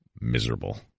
miserable